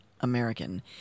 American